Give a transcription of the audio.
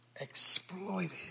exploited